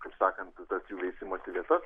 kaip sakant tas jų veisimosi vietas